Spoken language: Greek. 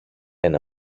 ένα